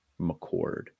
mccord